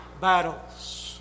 battles